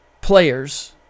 players